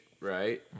Right